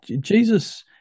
Jesus